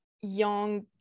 young